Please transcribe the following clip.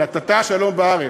"ונתת שלום בארץ".